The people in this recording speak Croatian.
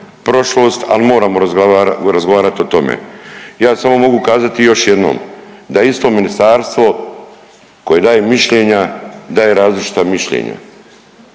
prošlost, al moramo razgovarat o tome. Ja samo mogu kazati još jednom da je isto ministarstvo koje daje mišljenja daje različita mišljenja